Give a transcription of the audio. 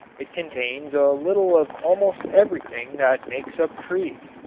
it contains a little of almost everything that makes up trees.